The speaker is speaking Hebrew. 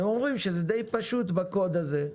והם אומרים שזה די פשוט בקוד הזה.